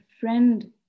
friend